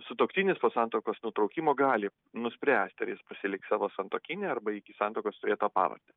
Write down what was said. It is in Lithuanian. sutuoktinis po santuokos nutraukimo gali nuspręsti ar jis pasiliks savo santuokinę arba iki santuokos turėtą pavardę